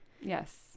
yes